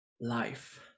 life